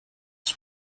was